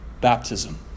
Baptism